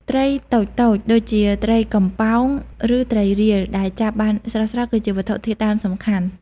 ត្រីតូចៗ ដូចជាត្រីកំប៉ោង ឬត្រីរៀល ដែលចាប់បានស្រស់ៗ គឺជាវត្ថុធាតុដើមសំខាន់។